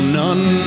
none